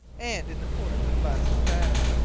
and in the ports of la soledad.